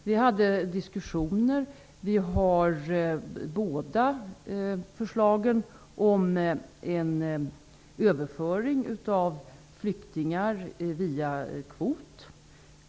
Vi förde diskussioner, och båda länderna hade förslag om överföring av flyktingar via kvot.